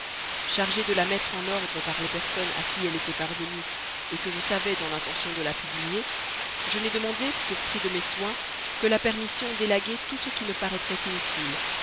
chargé de la mettre en ordre par les personnes à qui elle était parvenue et que je savais dans l'intention de la publier je n'ai demandé pour prix de mes soins que la permission d'élaguer tout ce qui me paraîtrait inutile